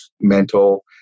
mental